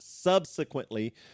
subsequently